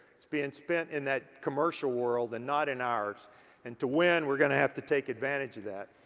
it's being spent in that commercial world and not in ours and to win we're gonna have to take advantage of that.